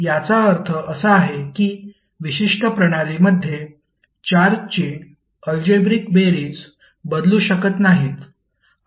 याचा अर्थ असा आहे की विशिष्ट प्रणालीमध्ये चार्जची अल्जेब्रिक बेरीज बदलू शकत नाहीत